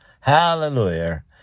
Hallelujah